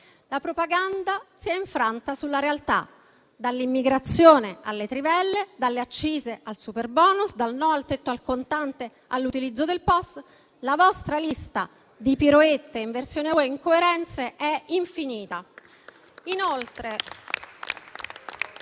La propaganda si è infranta sulla realtà: dall'immigrazione alle trivelle, dalle accise al superbonus, dal no al tetto al contante all'utilizzo del POS, la vostra lista di piroette, inversioni a U ed incoerenze è infinita.